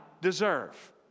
deserve